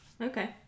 Okay